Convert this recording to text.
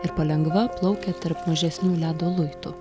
ir palengva plaukia tarp mažesnių ledo luitų